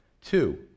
Two